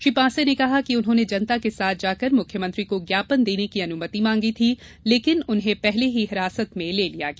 श्री पांसे ने कहा कि उन्होंने जनता के साथ जाकर मुख्यमंत्री को ज्ञापन देने की अनुमति मांगी थी लेकिन उन्हें पहले ही हिरासत में ले लिया गया